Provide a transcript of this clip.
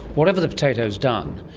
whatever the potato has done,